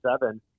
seven